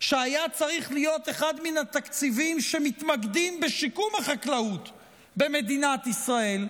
שהיה צריך להיות אחד מהתקציבים שמתמקדים בשיקום החקלאות במדינת ישראל,